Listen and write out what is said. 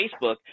Facebook